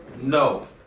No